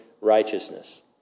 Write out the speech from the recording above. righteousness